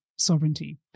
Sovereignty